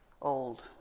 old